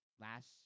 last